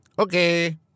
Okay